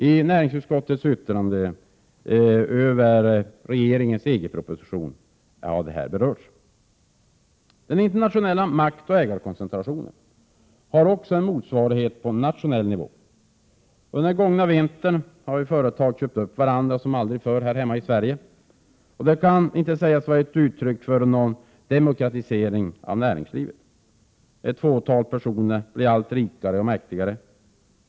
I näringsutskottets yttrande över regeringens EG-proposition har detta berörts. Den internationella maktoch ägarkoncentrationen har också en motsvarighet på nationell nivå. Under den gångna vintern har ju företag köpt varandra som aldrig förr här hemma i Sverige. Det kan inte sägas vara ett uttryck för en demokratisering av näringslivet. Ett fåtal personer blir allt rikare och mäktigare.